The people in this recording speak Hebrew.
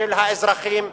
של האזרחים.